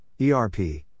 ERP